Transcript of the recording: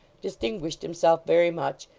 distinguished himself very much,